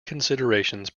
considerations